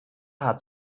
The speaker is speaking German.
hat